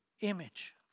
image